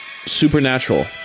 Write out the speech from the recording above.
Supernatural